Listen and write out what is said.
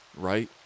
Right